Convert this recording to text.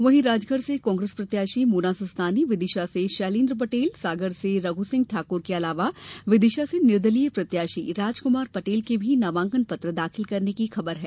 वहीं राजगढ़ से कांग्रेस प्रत्याशी मोना सुस्तानी विदिशा से शैलेन्द्र पटेल सागर से रघुसिंह ठाकुर के अलावा विदिशा से निर्दलीय प्रत्याशी राजकमार पटेल के भी नामांकन पत्र दाखिल करने की खबर है